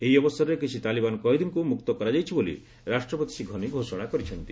ଏହି ଅବସରରେ କିଛି ତାଲିବାନ କଏଦୀଙ୍କୁ ମୁକ୍ତ କରାଯାଇଛି ବୋଲି ରାଷ୍ଟ୍ରପତି ଶ୍ରୀ ଘନି ଘୋଷଣା କରିଛନ୍ତି